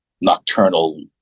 nocturnal